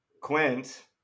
Quint